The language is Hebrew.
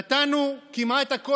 נתנו כמעט הכול,